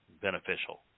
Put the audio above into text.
beneficial